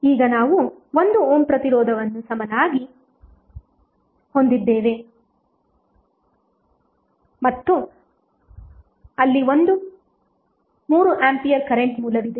ಈಗ ನಾವು 1 ಓಮ್ ಪ್ರತಿರೋಧವನ್ನು ಸಮಾನವಾಗಿ ಹೊಂದಿದ್ದೇವೆ ಮತ್ತು ಅಲ್ಲಿ ಒಂದು 3 ಆಂಪಿಯರ್ ಕರೆಂಟ್ ಮೂಲವಿದೆ